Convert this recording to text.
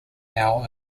now